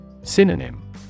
Synonym